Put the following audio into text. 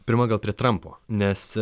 pirma gal prie trampo nes